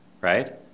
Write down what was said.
right